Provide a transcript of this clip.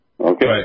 Okay